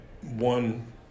one